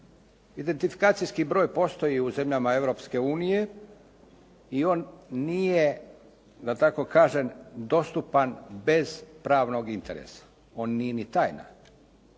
Identifikacijski broj postoji u zemljama Europske unije i on nije, da tako kažem dostupan bez pravnog interesa, on nije ni tajna.